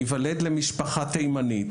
להיוולד למשפחה תימנית,